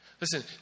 Listen